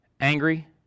Angry